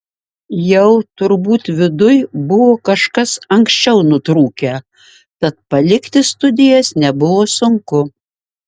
jau turbūt viduj buvo kažkas anksčiau nutrūkę tad palikti studijas nebuvo sunku